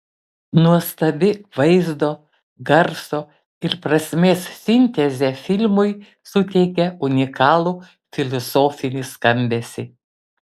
nuostabi vaizdo garso ir prasmės sintezė filmui suteikia unikalų filosofinį skambesį